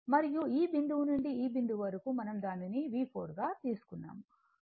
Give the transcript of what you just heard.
మరియు ఈ బిందువు నుండి ఈ బిందువు వరకు మనం దానిని V4 గా తీసుకున్నాము